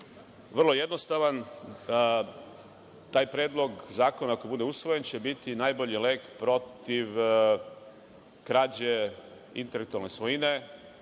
Vrlo je jednostavan. Taj predlog zakona, ako bude usvojen, će biti najbolji lek protiv krađe intelektualne svojine,